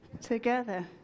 together